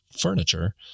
furniture